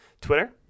Twitter